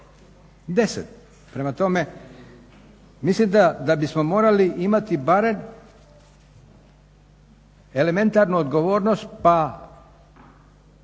deset. Prema tome, mislim da bi smo morali imati barem elementarnu odgovornost, pa